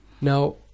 Now